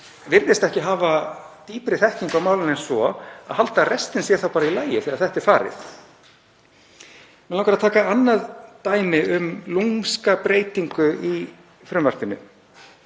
virðist ekki hafa dýpri þekkingu á málinu en svo að halda að restin sé bara í lagi þegar þetta er farið. Mig langar að taka annað dæmi um lúmska breytingu í frumvarpinu